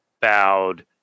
bowed